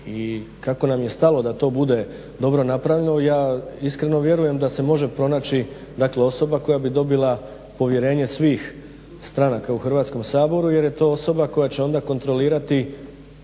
I kako nam je stalo da to bude dobro napravljeno ja iskreno vjerujem da se može pronaći osoba koja bi dobila povjerenje svih stranaka u Hrvatskom saboru jer je to osoba koja će onda kontrolirati